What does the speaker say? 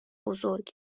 بزرگ